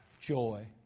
joy